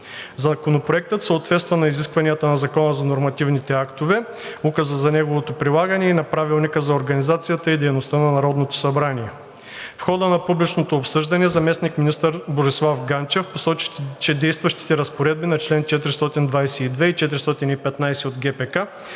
Законопроектът съответства на изискванията на Закона за нормативните актове, Указа за неговото прилагане и на Правилника за организацията и дейността на Народното събрание. В хода на публичното обсъждане заместник-министър Борислав Ганчев посочи, че действащите разпоредби на чл. 422 и 415 ГПК